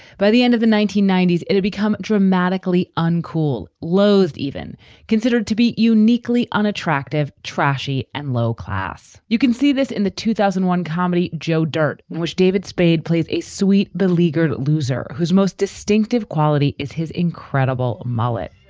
by the end of the nineteen ninety s, it had become dramatically uncool, loathed, even considered to be uniquely unattractive, trashy and low class. you can see this in the two thousand and one comedy joe dirt, in which david spade plays a sweet, beleaguered loser whose most distinctive quality is his incredible mullet.